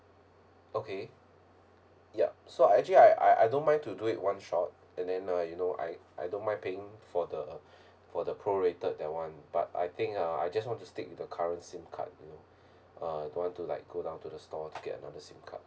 okay yup so I actually I I I don't mind to do it one shot and then uh you know I I don't mind paying for the for the pro rated that [one] but I think ah I just want to stick with the current SIM card you know uh don't want to like go down to the store to get another SIM card